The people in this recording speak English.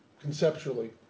conceptually